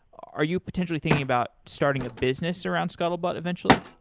are you potentially thinking about starting a business around scuttlebutt eventually?